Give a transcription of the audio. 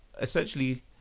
essentially